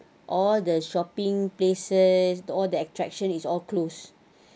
all the shopping places all the attraction is all closed